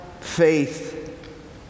faith